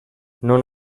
non